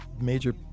major